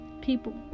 People